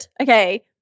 okay